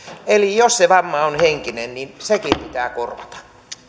eli jos se vamma on henkinen niin sekin pitää korvata